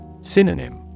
Synonym